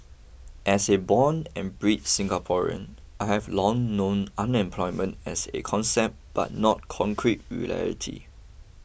as a born and bred Singaporean I have long known unemployment as a concept but not concrete reality